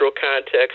context